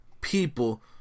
people